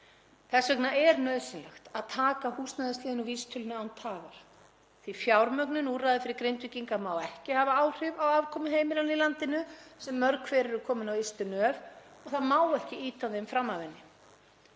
Þess vegna er nauðsynlegt að taka húsnæðisliðinn úr vísitölunni án tafar. Fjármögnunarúrræði fyrir Grindvíkinga má ekki hafa áhrif á afkomu heimilanna í landinu sem mörg hver eru komin á ystu nöf og það má ekki ýta þeim fram af henni.